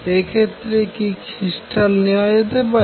এক্ষেত্রে কি ক্রিস্টাল নেওয়া যেতে পারে